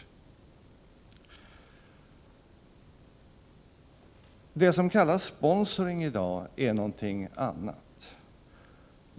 Det som kallas sponsring i dag är någonting annat.